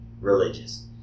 religious